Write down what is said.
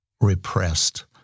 repressed